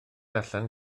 allan